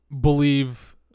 believe